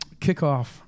kickoff